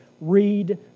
read